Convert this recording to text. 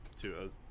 two